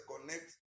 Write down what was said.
connect